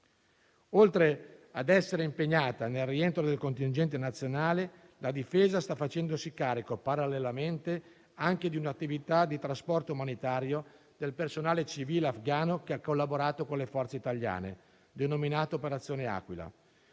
Oltre a essere impegnata nel rientro del contingente nazionale, la Difesa sta facendosi carico parallelamente anche di un'attività di trasporto umanitario del personale civile afghano che ha collaborato con le forze italiane, denominata "Operazione Aquila".